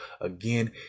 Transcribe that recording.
again